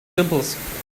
dimples